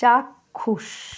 চাক্ষুষ